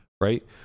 Right